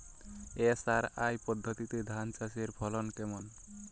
SRI পদ্ধতিতে ধান চাষের ফলন কেমন?